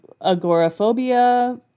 agoraphobia